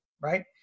right